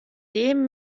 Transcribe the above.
dem